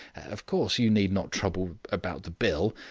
of course you need not trouble about the bill.